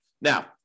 Now